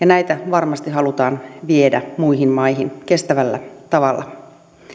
näitä varmasti halutaan viedä muihin maihin kestävällä tavalla